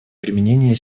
применения